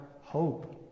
hope